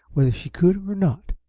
whether she could or not,